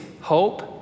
hope